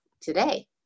today